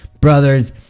brothers